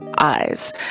eyes